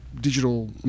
digital